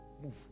move